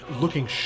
looking